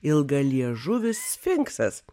ilgaliežuvis sfinksas